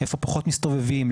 איפה פחות מסתובבים,